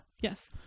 yes